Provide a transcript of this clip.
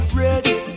ready